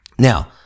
Now